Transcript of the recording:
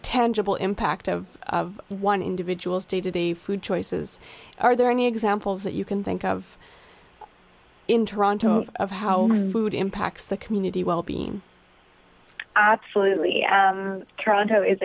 see tangible impact of one individual's day to day food choices are there any examples that you can think of in toronto of how who'd impacts the community wellbeing absolutely tronto is